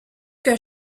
qu’un